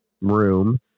room